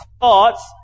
Thoughts